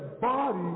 body